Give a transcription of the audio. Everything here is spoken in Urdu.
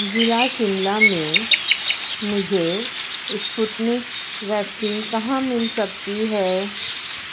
ضلع شملہ میں مجھے اسپوتنک ویکسین کہاں مل سکتی ہے